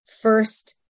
first